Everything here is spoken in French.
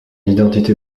identité